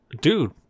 dude